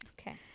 Okay